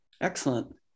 Excellent